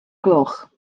gloch